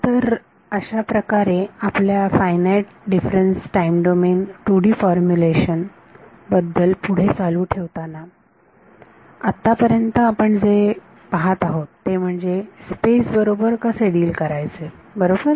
तर अशाप्रकारे आपल्या finite difference time domain 2D formulation बद्दल पुढे चालू ठेवताना आत्तापर्यंत जे आपण पाहात आहोत ते म्हणजे स्पेस बरोबर कसे डिल करायचे बरोबर